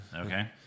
Okay